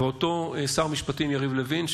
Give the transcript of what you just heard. ואותו שר המשפטים יריב לוין,